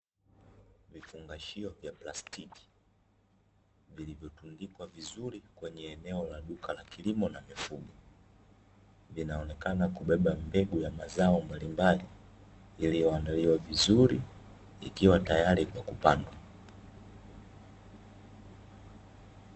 Vifungashio vya plastiki vilivyotundikwa vizuri kwenye eneo la duka la kilimo na mifugo .vinaonekana kubeba mbegu ya mazao mbalimbali iliyoandaliwa vizuri ikiwa tayari kwa kupandwa .